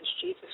Jesus